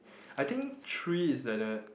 I think three is like the